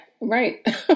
right